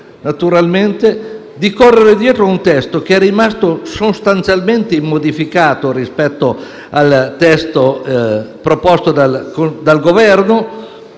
decreto-legge) di correre dietro a un testo che è rimasto sostanzialmente immodificato rispetto al testo proposto dal Governo,